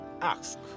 ask